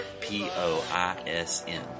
P-O-I-S-N